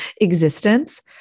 existence